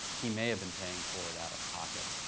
he may have been paying for it out of pocket,